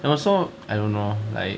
and also I don't know leh